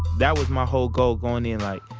that was my whole goal going in, like,